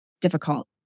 difficult